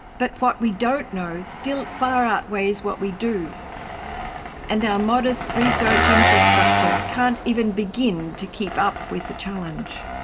but what we don't know still far outweighs what we do and our modest research infrastructure can't even begin to keep up with the challenge.